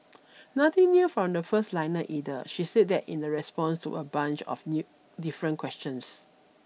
nothing new from the first liner either she said that in the response to a bunch of new different questions